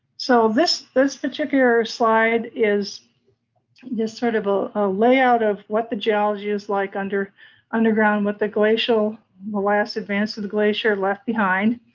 so, this this particular slide is just sort of a ah layout of what the geology is like under underground, what the glacial molass, advance of the glacier left behind.